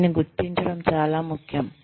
దీన్ని గుర్తించడం చాలా ముఖ్యం